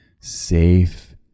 safe